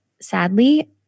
sadly